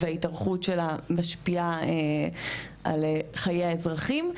וההתארכות שלה משפיעה על חיי האזרחים.